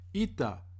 ita